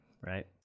Right